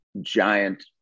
giant